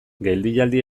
geldialdi